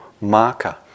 marker